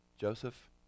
Joseph